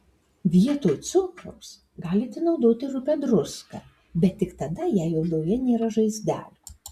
vietoj cukraus galite naudoti rupią druską bet tik tada jei odoje nėra žaizdelių